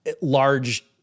large